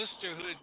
sisterhood